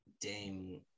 Dame